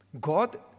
God